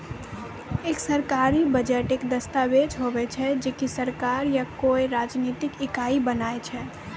एक सरकारी बजट एक दस्ताबेज हुवै छै जे की सरकार या कोय राजनितिक इकाई बनाय छै